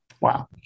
Wow